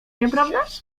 nieprawdaż